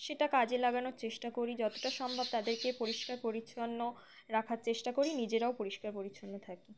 সেটা কাজে লাগানোর চেষ্টা করি যতটা সম্ভব তাদেরকে পরিষ্কার পরিচ্ছন্ন রাখার চেষ্টা করি নিজেরাও পরিষ্কার পরিচ্ছন্ন থাকি